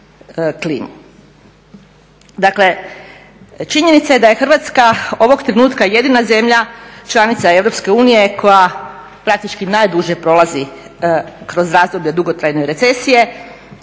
Dakle, činjenica je da je Hrvatska ovog trenutka jedina zemlja članica EU koja praktički najduže prolazi kroz razdoblje dugotrajne recesije.